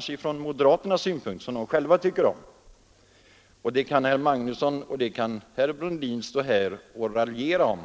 Från moderaternas synpunkt är det kanske en utmärkt ståndpunkt, och herr Magnusson i Borås och herr Brundin kan ju stå här och raljera om det,